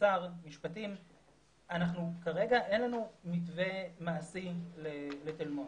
משפטים וכרגע אין לנו מתווה מעשי לתל מונד.